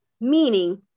meaning